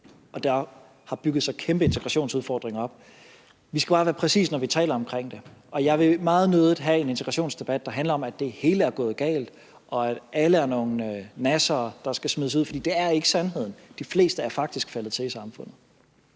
at der har bygget sig kæmpe integrationsudfordringer op. Vi skal bare være præcise, når vi taler om det, og jeg vil meget nødig have en integrationsdebat, der handler om, at det hele er gået galt, og at alle er nogle nassere, der skal smides ud, for det er ikke sandheden. De fleste er faktisk faldet til i samfundet.